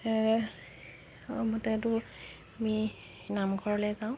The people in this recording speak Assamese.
মতেতো আমি নামঘৰলে যাওঁ